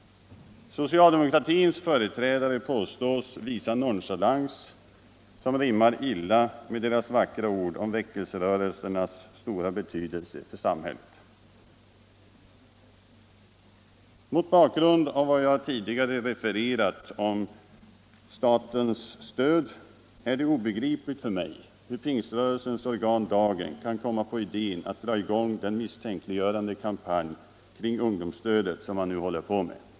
Socialdemokratins företrädare påstås visa nonchalans som rimmar illa med deras vackra ord om väckelserörelsernas stora betydelse för samhället. Mot bakgrund av vad jag tidigare redogjort för vad gäller det statliga stödet är det obegripligt för mig hur pingströrelsens organ Dagen kan komma på idén att dra i gång den misstänkliggörande kampanj kring ungdomsstödet som man nu håller på med.